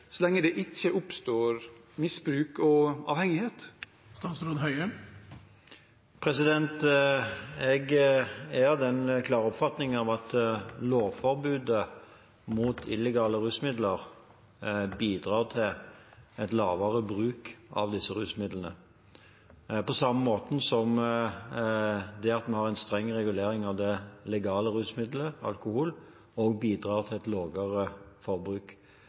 så lenge det ikke oppstår misbruk og avhengighet? Jeg er av den klare oppfatning at lovforbudet mot illegale rusmidler bidrar til et lavere forbruk av disse rusmidlene, på samme måte som at det at vi har en streng regulering av det legale rusmiddelet alkohol, bidrar til et lavere forbruk.